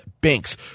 banks